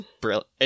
brilliant